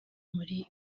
muri